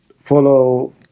follow